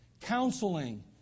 counseling